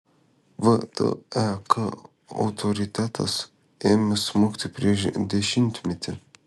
vtek autoritetas ėmė smukti prieš dešimtmetį